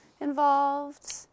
involved